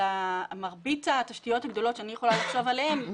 אבל מרבית התשתיות הגדולות שאני יכולה לחשוב עליהן,